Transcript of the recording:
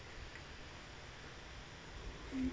mm